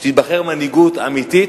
שתיבחר מנהיגות אמיתית